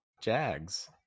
Jags